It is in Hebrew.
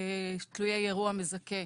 תלויי אירוע מזכה,